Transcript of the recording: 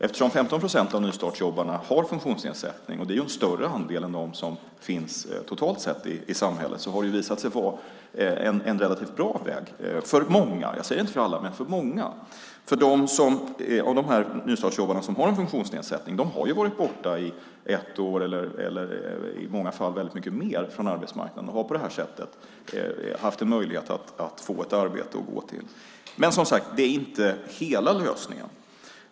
Eftersom 15 procent av nystartsjobbarna har en funktionsnedsättning - det är en större andel än som finns totalt i samhället - har det visat sig vara en relativt bra väg för många. Jag säger inte att det är det för alla, men för många är det det. Många av de nystartsjobbare som har en funktionsnedsättning har varit borta ett år och i många fall väldigt mycket mer från arbetsmarknaden, och de har på detta sätt haft en möjlighet att få ett arbete att gå till. Men det är, som sagt, inte hela lösningen.